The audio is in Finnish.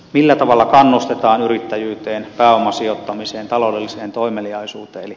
millä tavalla kannustetaan yrittäjyyteen pääomasijoittamiseen taloudelliseen toimeliaisuuteen